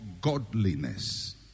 godliness